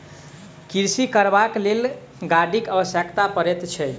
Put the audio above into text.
कृषि करबाक लेल गाड़ीक आवश्यकता पड़ैत छै